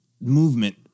movement